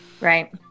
Right